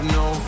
no